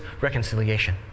reconciliation